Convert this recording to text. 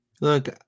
Look